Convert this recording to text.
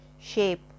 shape